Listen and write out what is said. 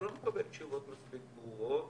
אתה לא מקבל תשובות מספיק ברורות.